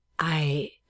I